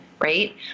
right